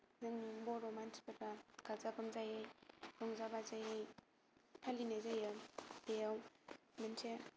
जों बर' मानसिफोरा गाजा गोमजायै रंजा बाजायै फालिनाय जायो बेयाव मोनसे